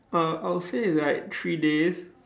uh I'll say it's like three days